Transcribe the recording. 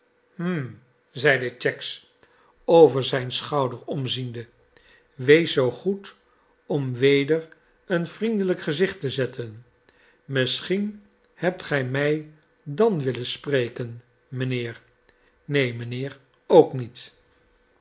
hm zeide cheggs over zijn schouder omziende wees zoo goed om weder een vriendelijk gezicht te zetten misschien hebt gij mij dan willen spreken mijnheer neen mijnheer ook niet